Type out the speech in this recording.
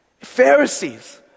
Pharisees